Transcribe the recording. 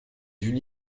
d’une